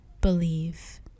believe